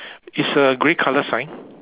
it's a grey colour sign